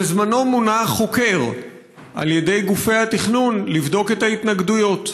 בזמנו מונה חוקר על ידי גופי התכנון לבדוק את ההתנגדויות.